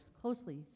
closely